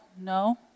no